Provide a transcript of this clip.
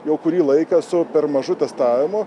jau kurį laiką su per mažu testavimu